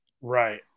Right